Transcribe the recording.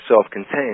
self-contained